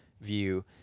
view